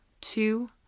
two